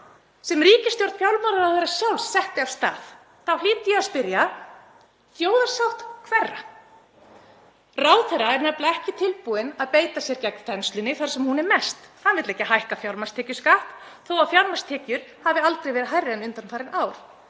sem ríkisstjórn fjármálaráðherra sjálfs setti af stað. Þá hlýt ég að spyrja: Þjóðarsátt hverra? Ráðherra er nefnilega ekki tilbúinn að beita sér gegn þenslunni þar sem hún er mest. Hann vill ekki hækka fjármagnstekjuskatt þó að fjármagnstekjur hafi aldrei verið hærri en undanfarin ár.